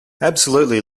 absolutely